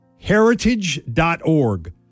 Heritage.org